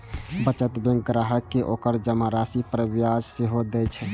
बचत बैंक ग्राहक कें ओकर जमा राशि पर ब्याज सेहो दए छै